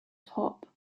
top